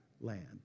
land